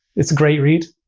it's a great read.